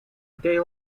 they